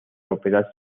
operar